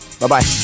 Bye-bye